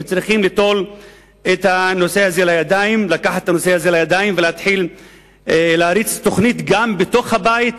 הם צריכים לקחת את הנושא הזה לידיים ולהתחיל להריץ תוכנית גם בתוך הבית,